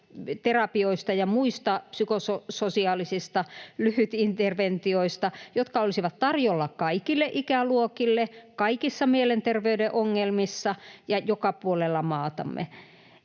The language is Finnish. lyhytpsykoterapioista ja muista psykososiaalisista lyhytinterventioista, jotka olisivat tarjolla kaikille ikäluokille, kaikissa mielenterveyden ongelmissa ja joka puolella maatamme.